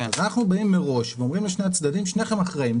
אנחנו באים מראש ואומרים לשני הצדדים ששניהם אחראיים.